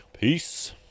Peace